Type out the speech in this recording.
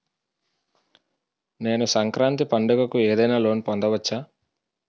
నేను సంక్రాంతి పండగ కు ఏదైనా లోన్ పొందవచ్చా?